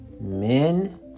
men